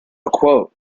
quote